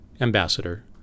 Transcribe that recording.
ambassador